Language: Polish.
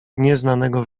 nieznanego